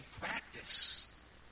practice